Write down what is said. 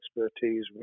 expertise